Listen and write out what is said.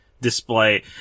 display